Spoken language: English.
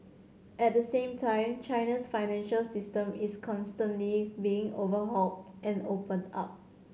at the same time China's financial system is constantly being overhauled and opened up